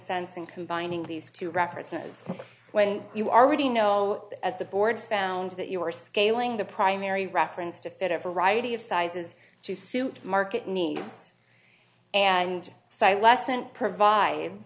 sense in combining these two represents when you already know that as the board found that you were scaling the primary reference to fit a variety of sizes to suit market needs and cite lessened provide